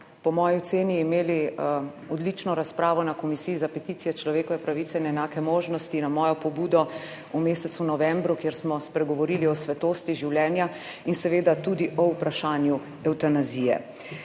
po moji oceni imeli odlično razpravo na Komisiji za peticije, človekove pravice in enake možnosti na mojo pobudo v mesecu novembru, kjer smo spregovorili o svetosti življenja in seveda tudi o vprašanju evtanazije.